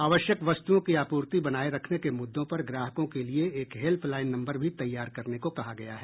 आवश्यक वस्तुओं की आपूर्ति बनाए रखने के मुद्दों पर ग्राहकों के लिए एक हेल्प लाइन नंबर भी तैयार करने को कहा गया है